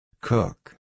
Cook